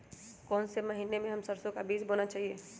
कौन से महीने में हम सरसो का बीज बोना चाहिए?